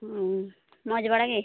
ᱦᱮᱸ ᱢᱚᱡᱽ ᱵᱟᱲᱟ ᱜᱮ